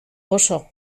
oso